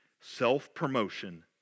Self-promotion